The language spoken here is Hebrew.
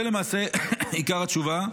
זו, למעשה, עיקר התשובה.